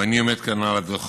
ואני עומד כאן מעל הדוכן,